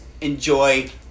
Enjoy